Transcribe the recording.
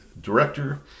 director